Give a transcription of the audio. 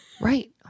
Right